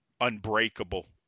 unbreakable